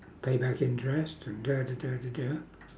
pay back interest and